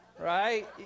right